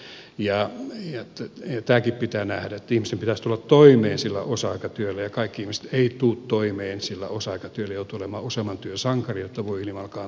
tämäkin pitää nähdä että ihmisten pitäisi tulla toimeen sillä osa aikatyöllä ja kaikki ihmiset eivät tule toimeen sillä osa aikatyöllä joutuvat olemaan useamman työn sankareita jotta voi ylimalkaan tulla toimeen